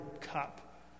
cup